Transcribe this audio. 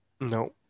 No